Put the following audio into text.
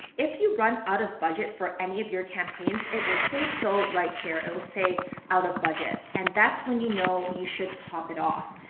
if you run out of budget for any of your campaigns, it will say so right here. it will say out of budget. and that's when you know you should top it off.